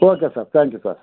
okay sir thank you sir